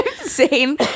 insane